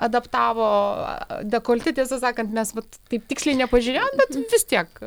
adaptavo dekoltė tiesą sakant mes vat taip tiksliai nepažiūrėjom bet vis tiek